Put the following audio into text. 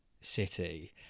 city